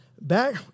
Back